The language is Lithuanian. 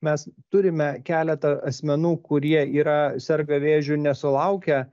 mes turime keletą asmenų kurie yra serga vėžiu nesulaukę